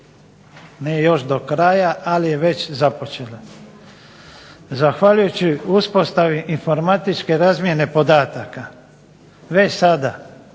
nije još do kraja, ali je već započela. Zahvaljujući uspostavi informatičke razmjene podataka već sada